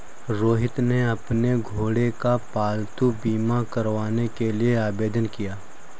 रोहित ने अपने घोड़े का पालतू बीमा करवाने के लिए आवेदन किया